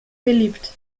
beliebt